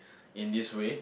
in this way